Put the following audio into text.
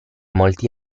molti